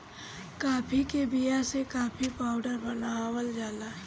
काफी के बिया से काफी पाउडर बनावल जाला